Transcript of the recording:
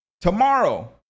tomorrow